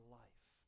life